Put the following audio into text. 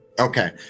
Okay